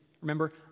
remember